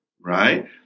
right